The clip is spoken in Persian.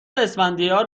اسفندیار